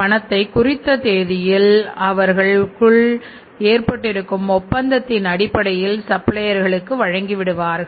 மணத்தை குறித்த தேதியில் அவர் களுக்குள் ஏற்பட்டு இருக்கும் ஒப்பந்தத்தின் அடிப்படையில் சப்ளையர்களுக்கு வழங்கி விடுவார்கள்